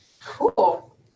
Cool